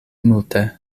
multe